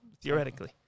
Theoretically